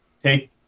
Take